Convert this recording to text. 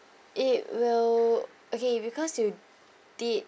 it will okay because you did